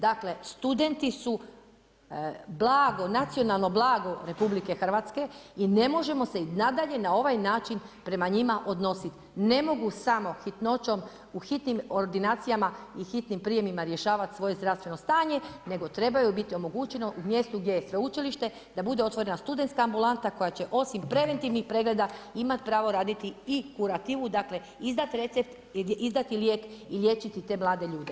Dakle, studenti su blago, nacionalno blago RH i ne možemo se i nadalje na ovaj način prema njima odnositi, ne mogu samo hitnoćom, u hitnim ordinacijama i hitnim prijemima rješavati svoje zdravstveno stanje nego trebaju biti omogućeno u mjesto gdje je sveučilište da bude otvorena studenska ambulanta koja će osim preventivnih pregleda imat pravo raditi i kurativu, dakle izdat recept, izdat lijek i liječiti te mlade ljude.